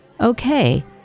okay